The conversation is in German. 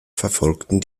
verfolgten